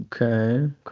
Okay